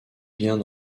biens